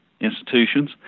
institutions